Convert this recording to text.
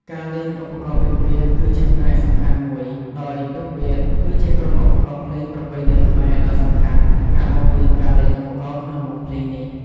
ការលេងឧបករណ៍ពិណពាទ្យ គឺជាផ្នែកសំខាន់មួយ ដោយពិណពាទ្យគឺជាក្រុមឧបករណ៍ភ្លេងប្រពៃណីខ្មែរដ៏សំខាន់ ការបង្រៀនការលេងឧបករណ៍ក្នុងវង់ភ្លេងនេះ។